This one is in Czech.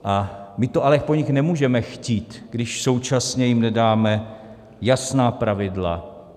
My to ale po nich nemůžeme chtít, když jim současně nedáme jasná pravidla.